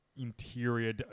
interior